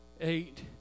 Eight